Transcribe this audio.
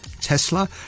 Tesla